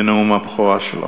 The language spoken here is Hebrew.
לנאום הבכורה שלו.